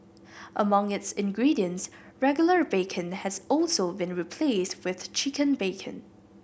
among its ingredients regular bacon has also been replaced with chicken bacon